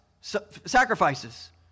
sacrifices